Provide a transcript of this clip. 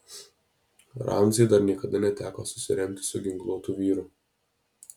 ramziui dar niekada neteko susiremti su ginkluotu vyru